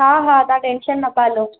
हा हा तां टेंशन न पालो